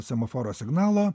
semaforo signalo